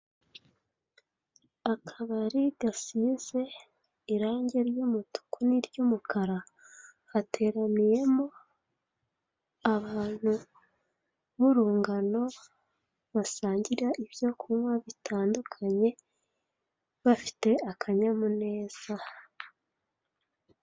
Akabari gasize irange ry'umutuku n'iry'umukara, hateraniyemo abantu b'urungano, basangira ibyo kunywa bitandukanye, bafite akanyamuneza.